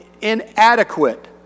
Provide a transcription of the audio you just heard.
inadequate